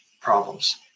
problems